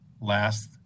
last